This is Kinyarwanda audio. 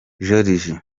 joriji